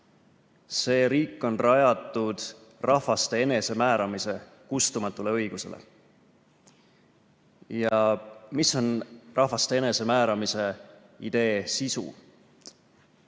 See riik on rajatud rahvaste enesemääramise kustumatule õigusele. Mis on rahvaste enesemääramise idee sisu?